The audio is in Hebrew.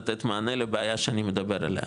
לתת מענה לבעיה שאני מדבר עליה,